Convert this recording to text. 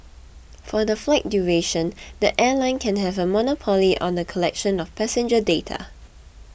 for the flight duration the airline can have a monopoly on the collection of passenger data